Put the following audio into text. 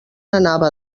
anava